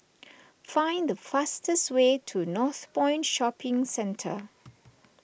find the fastest way to Northpoint Shopping Centre